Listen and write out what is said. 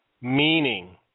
meaning